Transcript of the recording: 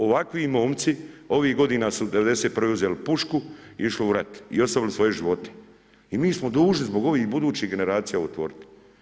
Ovakvi momci ovih godina su '91. uzeli pušku i išli u rat i ostavili svoje živote i mi smo dužni zbog ovih budućih generacija ovo otvoriti.